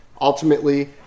Ultimately